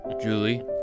Julie